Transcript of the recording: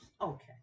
Okay